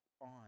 on